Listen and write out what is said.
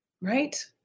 right